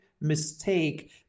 mistake